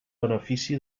benefici